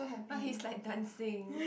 but he's like dancing